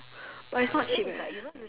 but it's not cheap eh